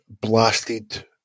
blasted